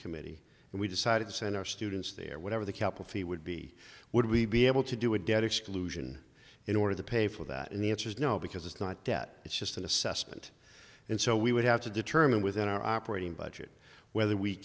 committee and we decided to send our students there whatever the cap a fee would be would we be able to do a debt exclusion in order to pay for that and the answer is no because it's not debt it's just an assessment and so we would have to determine within our operating budget whether we